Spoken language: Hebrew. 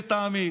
לטעמי,